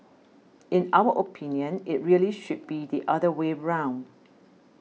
in our opinion it really should be the other way round